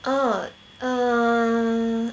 err err